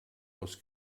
aus